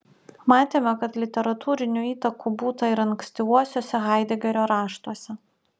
matėme kad literatūrinių įtakų būta ir ankstyvuosiuose haidegerio raštuose